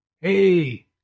Hey